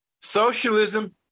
Socialism